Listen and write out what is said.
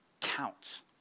counts